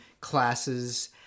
classes